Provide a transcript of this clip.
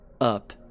Up